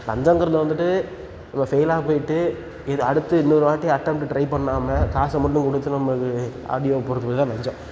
லஞ்சங்கிறது வந்துட்டு நம்ம ஃபெயிலாக போய்விட்டு இது அடுத்து இன்னொரு வாட்டி அட்டம்ட்டு ட்ரை பண்ணாமல் காசை மட்டும் கொடுத்து நம்ம இது ஆர்டிஓவுக்கு போகிறதுக்கு பேர் தான் லஞ்சம்